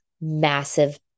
massive